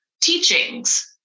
teachings